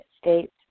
States